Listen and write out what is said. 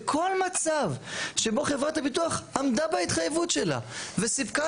בכל מצב שבו חברת הביטוח עמדה בהתחייבות שלה וסיפקה